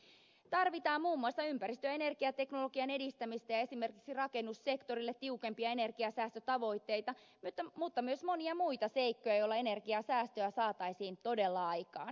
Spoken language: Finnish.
tarvitaan muun muassa ympäristö ja energiateknologian edistämistä ja esimerkiksi rakennussektorille tiukempia energiansäästötavoitteita mutta myös monia muita seikkoja joilla energiansäästöä saataisiin todella aikaan